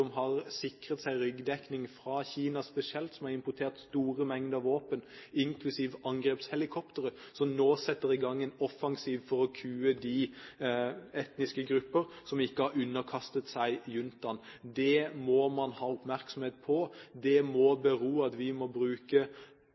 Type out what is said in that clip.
har sikret seg ryggdekning, spesielt fra Kina, som har importert store mengder våpen, inklusiv angrepshelikoptre, som nå setter i gang en offensiv for å kue de etniske grupper som ikke har underkastet seg juntaen. Det må man ha oppmerksomhet på. Det må bety at vi må bruke